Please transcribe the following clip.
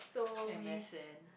m_s_n